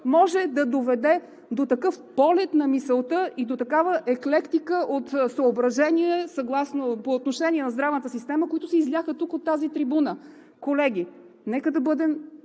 може да доведе до такъв полет на мисълта и до такава еклектика от съображение по отношение на здравната система, които се изляха тук от тази трибуна?! Колеги, нека да бъдем